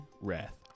wrath